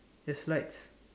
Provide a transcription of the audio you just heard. your slides